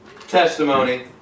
testimony